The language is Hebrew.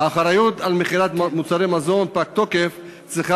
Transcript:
האחריות למכירת מוצרי מזון פגי תוקף צריכה